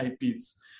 IPs